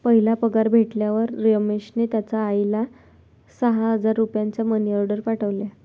पहिला पगार भेटल्यावर रमेशने त्याचा आईला सहा हजार रुपयांचा मनी ओर्डेर पाठवले